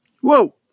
Whoa